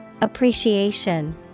Appreciation